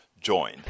join